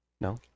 no